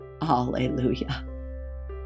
Hallelujah